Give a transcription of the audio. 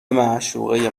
معشوقه